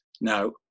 Now